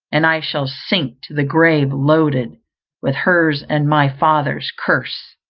and i shall sink to the grave loaded with her's and my father's curse.